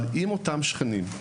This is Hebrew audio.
אבל אם אותם שכנים,